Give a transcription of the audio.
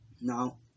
Now